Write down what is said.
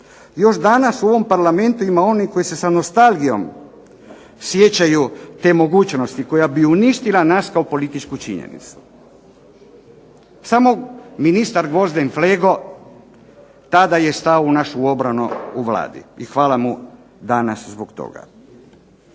Još danas u ovom Parlamentu ima onih koji se sa nostalgijom sjećaju te mogućnosti koja bi uništila nas kao političku činjenicu. Samo ministar Gvozden Flego tada je stao u našu obranu u Vladi, i hvala mu danas zbog toga.